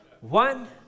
One